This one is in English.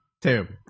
terrible